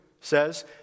says